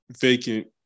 vacant